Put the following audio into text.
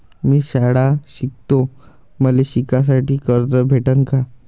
मी शाळा शिकतो, मले शिकासाठी कर्ज भेटन का?